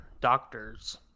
doctors